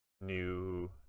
new